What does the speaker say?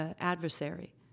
adversary